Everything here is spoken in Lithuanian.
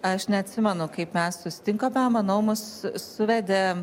aš neatsimenu kaip mes susitikome manau mus suvedė